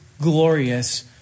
glorious